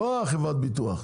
לא חברת הביטוח.